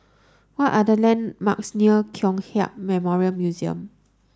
what are the landmarks near Kong Hiap Memorial Museum